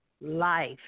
life